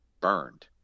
burned